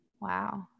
Wow